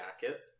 jacket